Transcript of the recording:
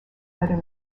whether